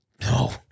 No